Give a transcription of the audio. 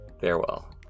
Farewell